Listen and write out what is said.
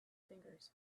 fingers